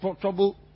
trouble